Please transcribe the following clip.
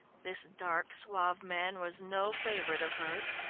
this dark, suave man was no favourite of hers,